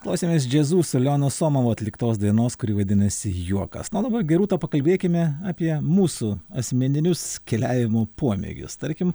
klausėmės džiazu su leonu somovu atliktos dainos kuri vadinasi juokas na o dabar gerūta pakalbėkime apie mūsų asmeninius keliavimo pomėgius tarkim